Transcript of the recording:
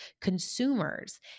consumers